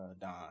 Don